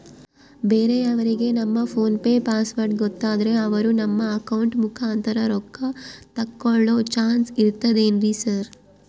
ಬೇರೆಯವರಿಗೆ ನಮ್ಮ PhonePe password ಗೊತ್ತಾದ್ರೆ ಅವರು ನಮ್ಮ ಅಕೌಂಟ್ ಮುಖಾಂತರ ರೊಕ್ಕ ತಕ್ಕೊಳ್ಳೋ ಚಾನ್ಸ್ ಇರ್ತದೆನ್ರಿ ಸರ್?